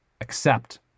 accept